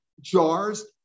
jars